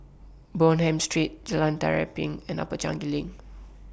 Bonham Street Jalan Tari Piring and Upper Changi LINK